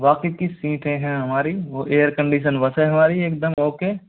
बाक़ी की सीटें है हमारी वो एयर कंडीशन बस है हमारी एक दम ओके